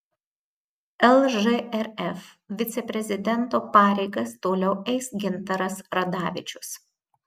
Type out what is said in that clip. lžrf viceprezidento pareigas toliau eis gintaras radavičius